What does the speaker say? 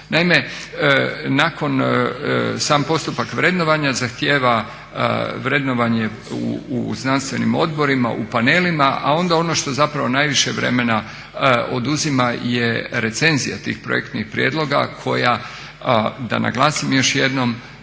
Naime, sam postupak vrednovanja zahtjeva vrednovanje u znanstvenim odborima, u panelima, a onda ono što najviše vremena oduzima je recenzija tih projektnih prijedloga koja da naglasim još jednom,